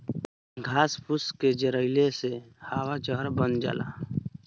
घास फूस के जरइले से हवा जहर बन जाला